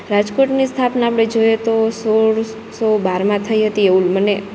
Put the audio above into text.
રાજકોટની સ્થાપના આપડે જોઈએ તો સોળ સો બારમાં થઈ હતી એવું મને